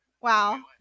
Wow